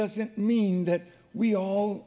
doesn't mean that we all